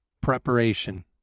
preparation